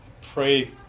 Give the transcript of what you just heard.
pray